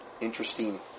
interesting